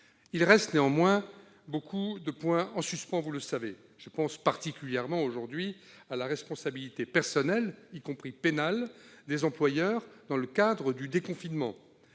Il reste néanmoins beaucoup de points en suspens. Je pense particulièrement à la responsabilité personnelle, y compris pénale, des employeurs dans le cadre du déconfinement.